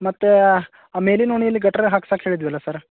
ಮತ್ತೆ ಆ ಮೇಲಿನ ಓಣಿಯಲ್ಲಿ ಗಟಾರ ಹಾಕ್ಸೋಕ್ ಹೇಳಿದ್ವಿ ಅಲ್ಲ ಸರ್